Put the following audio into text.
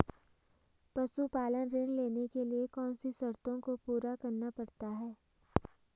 पशुपालन ऋण लेने के लिए कौन सी शर्तों को पूरा करना पड़ता है?